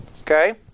Okay